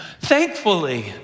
thankfully